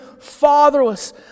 fatherless